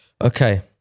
okay